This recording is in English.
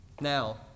Now